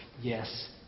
Yes